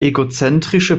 egozentrische